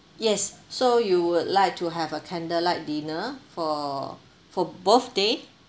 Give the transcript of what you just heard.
yes so you would like to have a candlelight dinner for for both day